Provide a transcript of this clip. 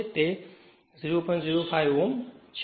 05 Ω છે